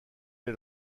est